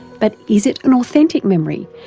but is it an authentic memory,